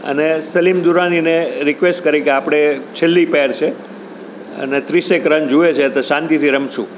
અને સલીમ દુરાનીને રિક્વેસ્ટ કરી કે આપણે છેલ્લી પેર છે અને ત્રીસેક રન જોઈએ છે તો શાંતિથી રમીશું